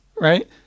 right